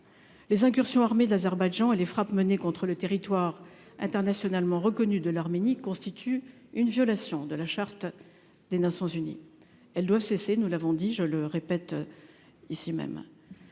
les incursions armées de l'Azerbaïdjan et les frappes menées contre le territoire internationalement reconnue de l'Arménie, constitue une violation de la charte des Nations unies, elles doivent cesser, nous l'avons dit je le répète ici même,